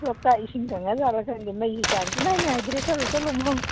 ꯂꯣꯛꯇꯥꯛ ꯏꯁꯤꯡ ꯀꯪꯉꯖꯥꯠꯂ ꯈꯪꯗꯦ ꯃꯩꯁꯤ ꯆꯥꯡ ꯁꯨꯛꯅꯥꯏ ꯅꯥꯏꯗ꯭ꯔꯦ ꯆꯠꯂꯨ ꯆꯠꯂꯨ ꯃꯐꯝ